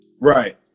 Right